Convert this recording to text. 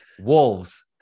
Wolves